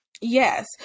Yes